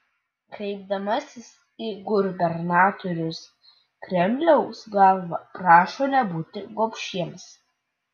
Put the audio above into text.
kreipdamasis į gubernatorius kremliaus galva prašo nebūti gobšiems